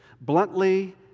bluntly